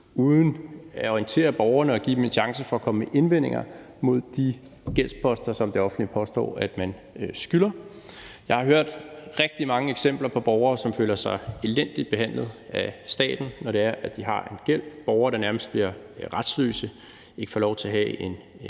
uden at orientere borgerne og give dem en chance for at komme med indvendinger mod de gældsposter, som det offentlige påstår de har. Jeg har hørt rigtig mange eksempler på borgere, som føler sig elendigt behandlet af staten, når de har en gæld. Det er borgere, der nærmest bliver retsløse, ikke får lov til at have en bankkonto,